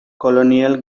colonial